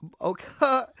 Okay